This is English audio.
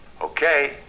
Okay